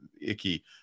icky